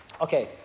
Okay